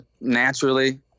naturally